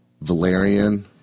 Valerian